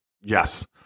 Yes